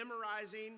memorizing